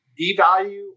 devalue